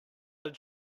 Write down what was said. did